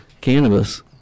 cannabis